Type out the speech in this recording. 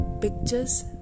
pictures